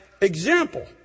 example